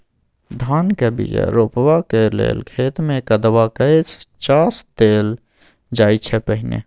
धानक बीया रोपबाक लेल खेत मे कदबा कए चास देल जाइ छै पहिने